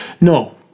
No